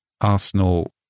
Arsenal